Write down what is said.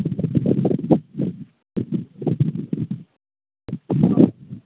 ஆ